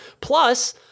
plus